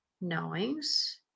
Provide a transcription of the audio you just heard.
knowings